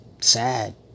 sad